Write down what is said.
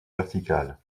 verticale